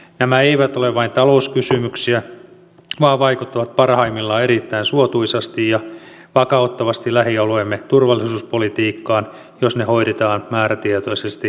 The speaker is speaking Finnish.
nämä eivät ole vain talouskysymyksiä vaan vaikuttavat parhaimmillaan erittäin suotuisasti ja vakauttavasti lähialueemme turvallisuuspolitiikkaan jos ne hoidetaan määrätietoisesti yhdessä